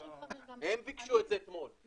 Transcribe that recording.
--- הם ביקשו את זה אתמול.